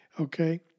okay